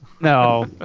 No